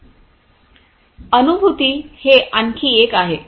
अनुभूती हे आणखी एक आहे